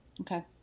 Okay